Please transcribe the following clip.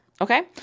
okay